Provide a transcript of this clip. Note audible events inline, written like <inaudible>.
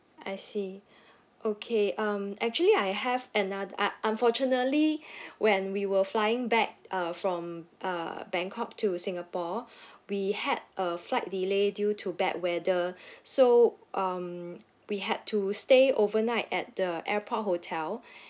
I see okay um actually I have another uh unfortunately <breath> when we were flying back uh from uh bangkok to singapore <breath> we had a flight delay due to bad weather <breath> so um we had to stay overnight at the airport hotel <breath>